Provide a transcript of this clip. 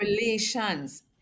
relations